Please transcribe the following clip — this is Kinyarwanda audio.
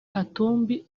katumbi